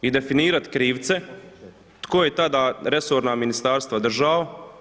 I definirati krivce, tko je tada resorna ministarstva držao?